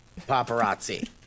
Paparazzi